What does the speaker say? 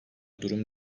durum